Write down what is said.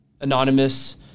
anonymous